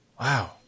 Wow